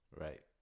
Right